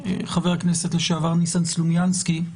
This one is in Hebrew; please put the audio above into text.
חבר הכנסת לשעבר ניסן סלומינסקי,